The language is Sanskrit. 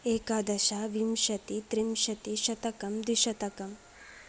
एकादश विंशति त्रिंशति शतकं द्विशतकम्